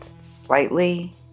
slightly